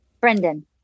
Brendan